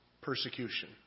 persecution